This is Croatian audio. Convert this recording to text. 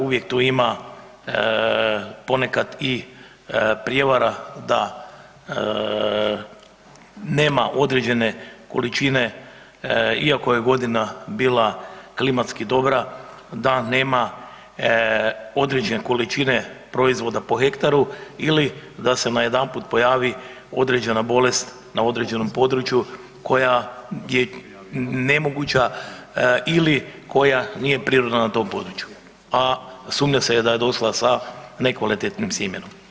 Uvijek tu ima ponekad i prijevara da nema određene količine, iako je godina bila klimatski dobra, da nema određene količine proizvoda po hektaru ili da se najedanput pojavi određena bolest na određenom području koja je nemoguća ili koja nije prirodna na tom području, a sumnja se da je došla sa nekvalitetnim sjemenom.